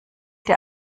der